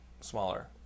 smaller